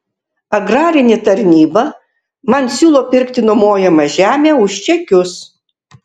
agrarinė tarnyba man siūlo pirkti nuomojamą žemę už čekius